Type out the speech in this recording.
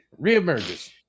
reemerges